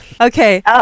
Okay